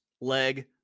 leg